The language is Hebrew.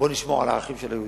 בוא נשמור על הערכים של היהודים,